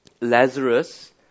Lazarus